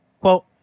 Quote